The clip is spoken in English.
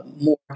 more